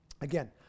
again